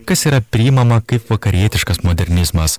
kas yra priimama kaip vakarietiškas modernizmas